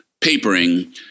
papering